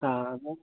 ആ ഞാൻ